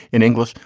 in english,